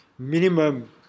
Minimum